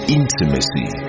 intimacy